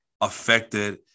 affected